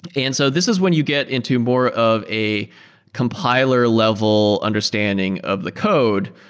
and so this is when you get into more of a compiler level understanding of the code.